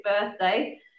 birthday